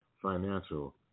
financial